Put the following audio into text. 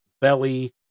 belly